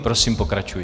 Prosím, pokračujte.